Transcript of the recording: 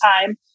time